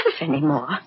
anymore